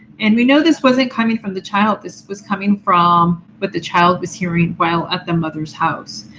and we know this wasn't coming from the child. this was coming from what the child was hearing while at the mother's house.